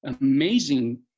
amazing